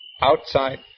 Outside